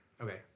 Okay